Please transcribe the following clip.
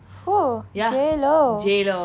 oh J lo